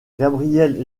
gabriel